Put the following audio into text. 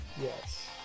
Yes